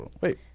Wait